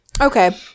okay